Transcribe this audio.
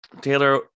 Taylor